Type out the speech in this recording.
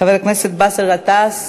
חבר הכנסת באסל גטאס,